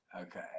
Okay